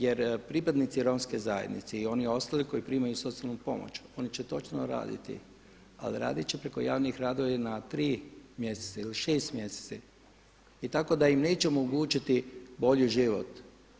Jer pripadnici romske zajednice i oni ostali koji primaju socijalnu pomoć oni će točno raditi ali raditi će preko javnih radova na 3 mjeseca ili 6 mjeseci i tako da im neće omogućiti bolji život.